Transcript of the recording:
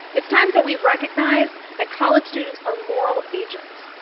it's time that we recognize that college students are moral agents,